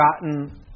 gotten